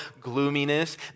gloominess